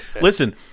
listen